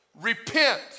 Repent